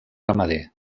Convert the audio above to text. ramader